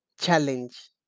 Challenge